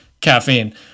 caffeine